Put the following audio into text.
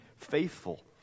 faithful